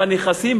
בנכסים,